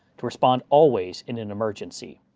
to respond always in an emergency.